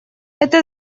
это